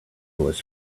was